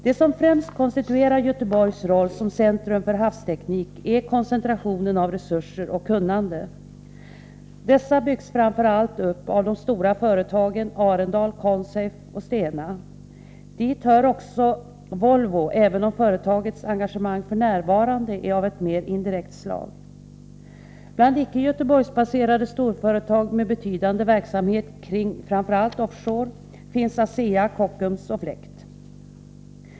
Det som främst konstituerar Göteborgs roll som centrum för havsteknik är koncentrationen av resurser och kunnande. Dessa byggs framför allt upp av de stora företagen Arendal, Consafe och Stena. Dit hör också Volvo, även om företagets engagemang f.n. är av ett mer indirekt slag. Bland icke Göteborgsbaserade storföretag med betydande verksamhet kring framför allt off shore-industrin finns ASEA, Kockums och Fläkt.